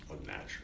unnatural